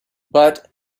but